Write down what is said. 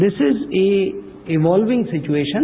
this is a evolving situation